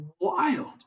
wild